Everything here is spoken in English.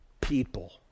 people